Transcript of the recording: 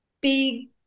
big